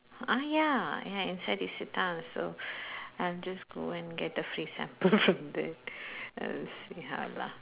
ah ya ya inside isetan so I'll just go and get the free sample from there uh see how lah